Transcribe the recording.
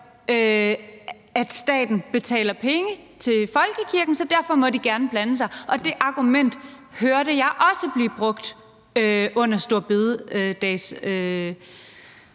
at staten betaler penge til folkekirken, så derfor må de gerne blande sig. Det argument hørte jeg også blive brugt under storebededagsmishandlingen